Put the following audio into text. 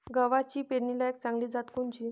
गव्हाची पेरनीलायक चांगली जात कोनची?